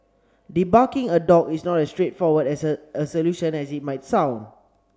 debarking a dog is not as straightforward as a a solution as it might sound